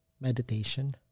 meditation